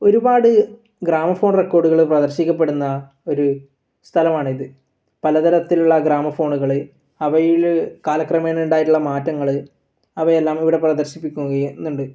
ഒരുപാട് ഗ്രാമഫോൺ റെക്കോർഡുകൾ പ്രദർശിപ്പിക്കപ്പെടുന്ന ഒരു സ്ഥലമാണിത് പലതരത്തിലുള്ള ഗ്രാമഫോണുകളൾ അവയിൽ കാല ക്രമേണ ഉണ്ടായിട്ടുള്ള മാറ്റങ്ങൾ അവയെല്ലാം ഇവിടെ പ്രദർശിപ്പിക്കുന്നുണ്ട്